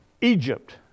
Egypt